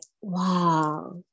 wow